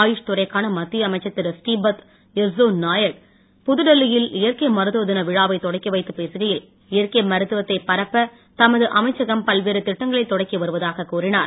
ஆயுஷ் துறைக்கான மத்திய அமைச்சர் திரு ஸ்ரீபத் யெஸ்ஸோ நாயக் புதுடில்லி யில் இயற்கை மருத்துவ தின விழாவைத் தொடக்கிவைத்துப் பேசுகையில் இயற்கை மருத்துவத்தைப் பரப்ப தமது அமைச்சகம் பல்வேறு திட்டங்களைத் தொடக்கிவருவதாகக் கூறினார்